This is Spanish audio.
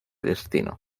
destino